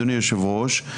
אדוני היושב ראש,